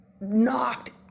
knocked